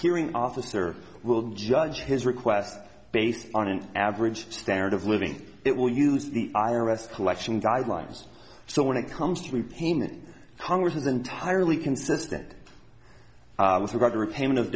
hearing officer will judge his request based on an average standard of living it will use the i r s collection guidelines so when it comes to pain that congress is entirely consistent with regard to repayment of